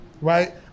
right